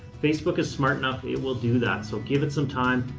facebook is smart enough it will do that. so give it some time.